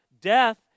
death